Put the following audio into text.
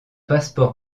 passeport